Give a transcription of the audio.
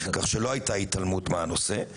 כך שלא הייתה התעלמות מהנושא.